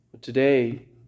Today